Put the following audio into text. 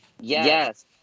Yes